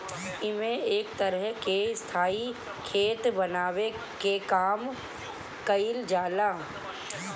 एमे एक तरह के स्थाई खेत बनावे के काम कईल जाला